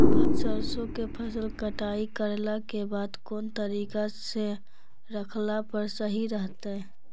सरसों के फसल कटाई करला के बाद कौन तरीका से रखला पर सही रहतय?